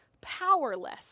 powerless